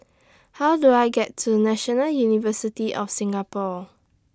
How Do I get to National University of Singapore